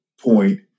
point